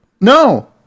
No